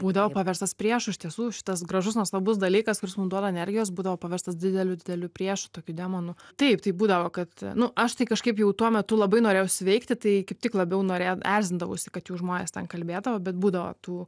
būdavo paverstas priešu iš tiesų šitas gražus nuostabus dalykas kuris mum duoda energijos būdavo paverstas dideliu dideliu priešu tokiu demonu taip tai būdavo kad nu aš tai kažkaip jau tuo metu labai norėjau sveikti tai kaip tik labiau norė erzindavausi kad jau žmonės ten kalbėdavo bet būdavo tų